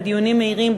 בדיונים מהירים,